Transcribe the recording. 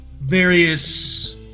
various